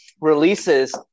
releases